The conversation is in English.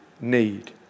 need